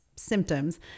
symptoms